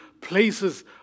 places